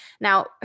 now